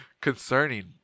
Concerning